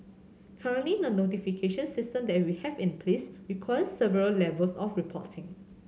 currently the notification system that we have in place requires several levels of reporting